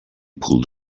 pulled